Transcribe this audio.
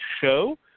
Show